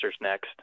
next